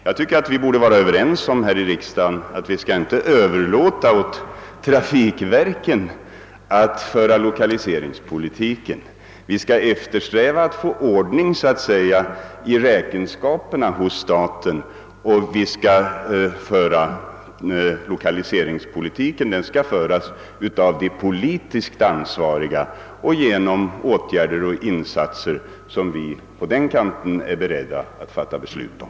Jag tycker att vi borde vara överens om att vi här i riksdagen inte skall överlåta åt trafikverken att föra lokaliseringspolitiken. Vi skall eftersträva att få ordning på statens räkenskaper och låta lokaliseringspolitiken föras av de politiskt ansvariga genom åtgärder och insatser som vi på detta håll är beredda att besluta om.